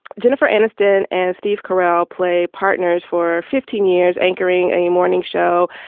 jennifer aniston and steve carell play partners for fifteen years anchoring a morning show.